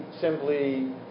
simply